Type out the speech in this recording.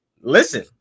Listen